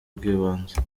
bw’ibanze